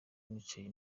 nicaye